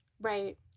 Right